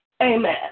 amen